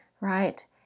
right